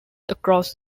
across